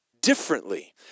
differently